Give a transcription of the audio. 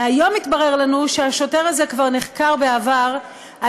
והיום התברר לנו שהשוטר הזה כבר נחקר בעבר על